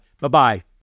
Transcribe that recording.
Bye-bye